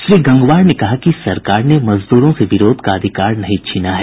श्री गंगवार ने कहा कि सरकार ने मजदूरों से विरोध का अधिकार नहीं छीना है